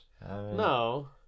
No